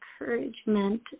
encouragement